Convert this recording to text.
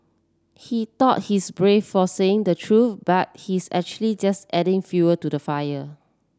he thought he's brave for saying the truth but he's actually just adding fuel to the fire